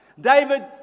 David